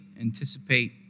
anticipate